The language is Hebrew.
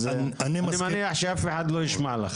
אני מניח שאף אחד לא ישמע לך.